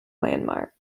landmark